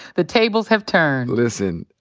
the tables have turned. listen,